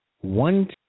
one